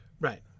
Right